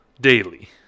Daily